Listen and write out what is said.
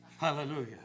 Hallelujah